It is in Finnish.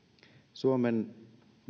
suomen